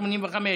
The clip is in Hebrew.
85,